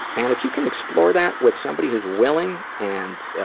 and if you can explore that with somebody who's willing, and ah,